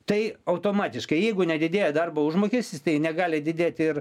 tai automatiškai jeigu nedidėja darbo užmokestis tai negali didėti ir